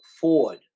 Ford